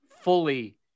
fully